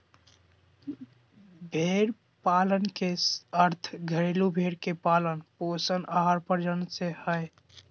भेड़ पालन के अर्थ घरेलू भेड़ के पालन पोषण आर प्रजनन से हइ